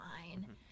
fine